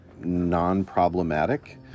non-problematic